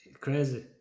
Crazy